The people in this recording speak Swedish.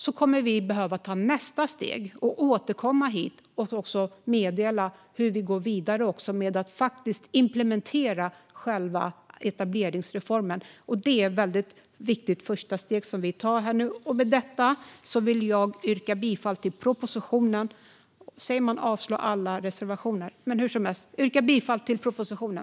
Vi kommer att behöva ta nästa steg och återkomma hit och meddela hur vi går vidare med att implementera själva etableringsreformen. Det är ett väldigt viktigt första steg som vi nu tar. Med detta vill jag yrka bifall till propositionen.